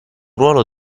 ruolo